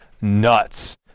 nuts